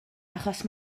achos